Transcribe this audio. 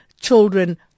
children